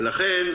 לכן,